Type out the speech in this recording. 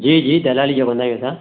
जी जी दलाली जो कंदा आहियूं असां